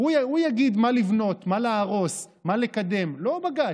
הוא יגיד מה לבנות, מה להרוס, מה לקדם, לא בג"ץ?